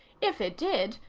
if it did,